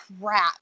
crap